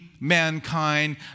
mankind